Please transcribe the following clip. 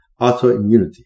autoimmunity